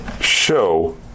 show